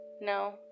No